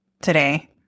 today